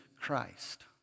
Christ